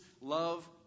love